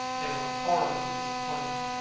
they were horribly disappointed.